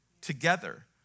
together